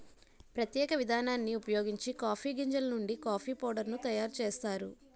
ప్రత్యేక విధానాన్ని ఉపయోగించి కాఫీ గింజలు నుండి కాఫీ పౌడర్ ను తయారు చేస్తారు